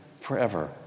forever